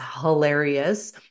hilarious